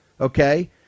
Okay